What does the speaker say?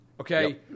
Okay